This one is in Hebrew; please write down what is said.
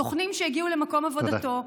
סוכנים שהגיעו למקום עבודתו,